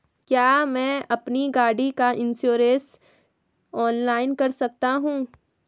क्या मैं अपनी गाड़ी का इन्श्योरेंस ऑनलाइन कर सकता हूँ?